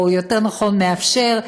או יותר נכון מאפשר,